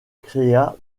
créa